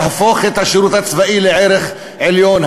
להפוך את השירות הצבאי לערך עליון.